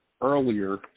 earlier